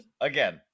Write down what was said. again